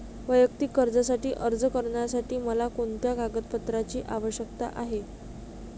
वैयक्तिक कर्जासाठी अर्ज करण्यासाठी मला कोणत्या कागदपत्रांची आवश्यकता आहे?